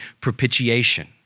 propitiation